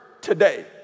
today